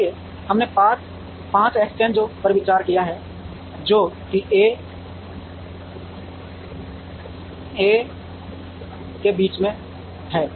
इसलिए हमने 5 एक्सचेंजों पर विचार किया है जो कि ए के बीच है